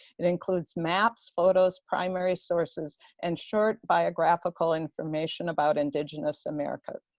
it includes maps, photos, primary sources and short biographical information about indigenous america.